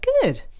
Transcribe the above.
Good